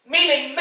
Meaning